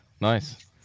Nice